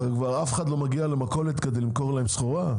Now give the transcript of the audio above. אף אחד כבר לא מגיע אליהם למכולת על מנת למכור להם סחורה?